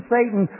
Satan